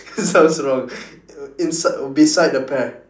sounds wrong inside beside the pear